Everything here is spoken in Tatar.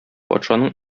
патшаның